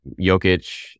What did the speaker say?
Jokic